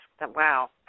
wow